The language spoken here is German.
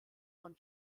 von